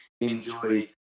enjoy